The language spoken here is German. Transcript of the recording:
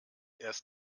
erst